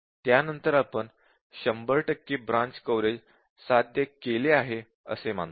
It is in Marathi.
त्यानंतर आपण 100 टक्के ब्रांच कव्हरेज साध्य केले आहे असे मानतो